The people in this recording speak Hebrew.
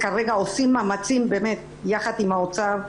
כרגע עושים מאמצים, יחד עם האוצר,